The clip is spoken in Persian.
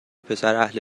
پسراهل